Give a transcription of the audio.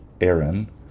Aaron